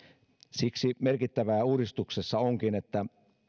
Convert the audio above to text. siksi merkittävää uudistuksessa onkin että